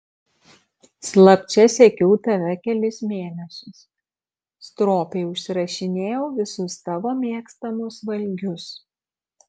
slapčia sekiau tave kelis mėnesius stropiai užsirašinėjau visus tavo mėgstamus valgius